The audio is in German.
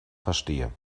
verstehe